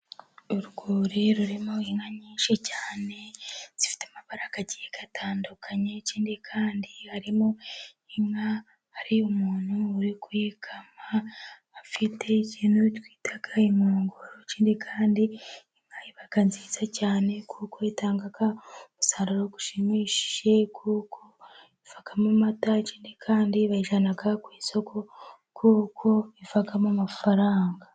Urwuri rurimo inka nyinshi cyane zifite amabara agiye atandukanye, ikindi kandi harimo inka hari umuntu uri kuyikama afite ikintu twita inkongoro. Ikindi kandi inka iba nziza cyane kuko itanga umusaruro ushimishije kuko ivamo amata, ikindi kandi bayijyana ku isoko kuko ivamo amafaranga.